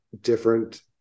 different